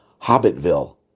Hobbitville